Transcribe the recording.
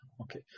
Okay